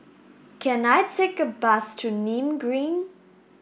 can I take a bus to Nim Green